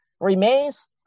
remains